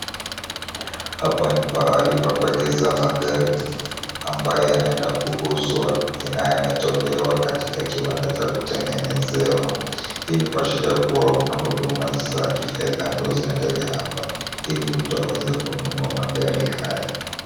Hapa ni pahali pa kuegeza magari ambayo yanaenda kuuzwa na yametolewa katika kiwanda cha kutengenezewa. Hii ni kuashiria kuwa kuna huduma za kifedha ambazo zinaendelea hapa ili mtu aweze kununua magari haya.